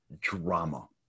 drama